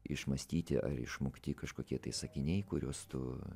išmąstyti ar išmokti kažkokie tai sakiniai kuriuos tu